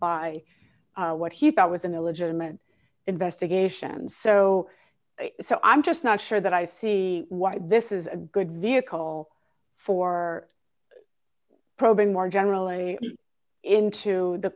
by what he thought was an illegitimate investigation so so i'm just not sure that i see why this is a good vehicle for probing more generally into the